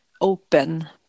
open